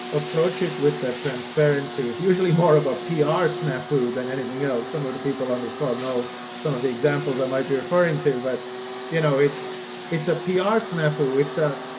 approach it with the transparency is usually more of ah a ah pr snafu than anything else. some of the people on this call know some of the examples i might be referring to, but you know it's it's a pr snafu it's a,